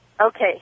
Okay